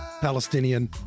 Palestinian